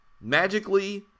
Magically